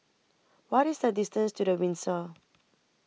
What IS The distance to The Windsor